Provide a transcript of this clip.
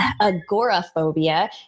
agoraphobia